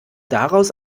daraus